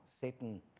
Satan